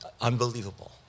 unbelievable